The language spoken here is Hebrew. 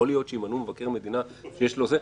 יכול להיות שימנו מבקר מדינה שיש לו תיק?